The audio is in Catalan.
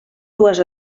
dues